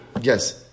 yes